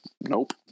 Nope